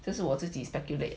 这是我自己 speculate